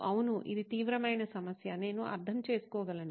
అవును ఇది తీవ్రమైన సమస్య నేను అర్థం చేసుకోగలను